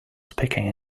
speaking